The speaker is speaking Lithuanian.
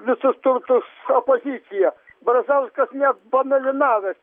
visus turtus opozicija brazauskas net pamėlynavęs